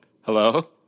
Hello